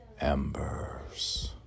embers